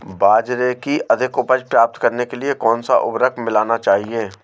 बाजरे की अधिक उपज प्राप्त करने के लिए कौनसा उर्वरक मिलाना चाहिए?